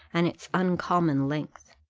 and its uncommon length.